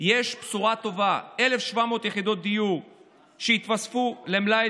יש בשורה טובה: 1,700 יחידות דיור יתווספו למלאי